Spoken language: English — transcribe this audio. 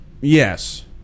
yes